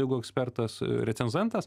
jeigu ekspertas recenzentas